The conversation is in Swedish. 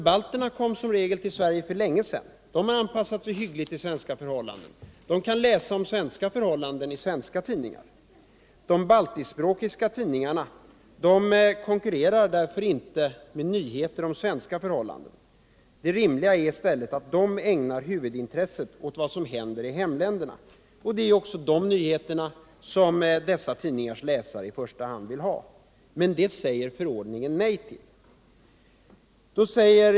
Balterna kom som regel till Sverige för länge sedan, de har anpassat sig hyggligt till svenska förhållanden och de kan läsa om svenska förhållanden isvenska tidningar. De baltiskspråkiga tidningarna konkurrerar därför inte med nyheter om svenska förhållanden. Det rimliga är i stället att de ägnar huvudintresset åt vad som händer i hemländerna, och det är också de nyheterna som dessa tidningars läsare i första hand vill ha. Men det säger förordningen nej till.